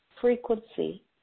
frequency